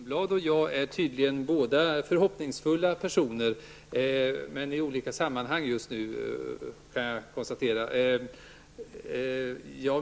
Herr talman! Både Grethe Lundblad och jag är tydligen hoppfulla personer, men i olika sammanhang just nu, konstaterar jag.